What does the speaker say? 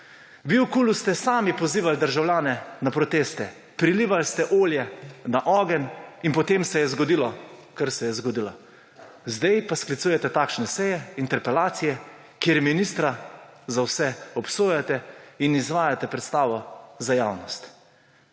vi v KUL ste sami pozivali državljane na proteste, prilivali ste olje na ogenj in potem se je zgodilo, kar se je zgodilo. Sedaj pa sklicujete takšne seje, interpelacije, kjer ministra za vse obsojate in izvajate predstavo za javnost.